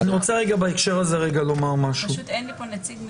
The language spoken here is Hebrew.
אני רוצה לומר משהו בהקשר הזה -- אין לי פה נציג מקצועי...